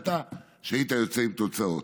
ידעת שהיית יוצא עם תוצאות.